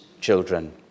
children